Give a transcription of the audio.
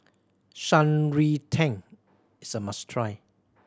Shan Rui Tang is a must try